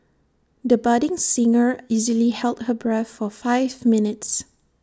the budding singer easily held her breath for five minutes